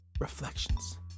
Reflections